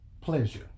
pleasure